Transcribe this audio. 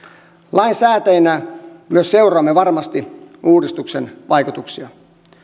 lainsäätäjinä myös seuraamme varmasti uudistuksen vaikutuksia